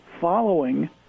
following